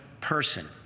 person